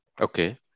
Okay